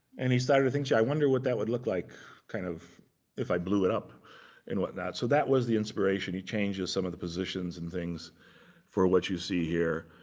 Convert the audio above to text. and he started to think, gee, i wonder what that would look like kind of if i blew it up and whatnot. so that was the inspiration. he changes some of the positions and things for what you see here.